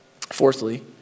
Fourthly